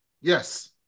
yes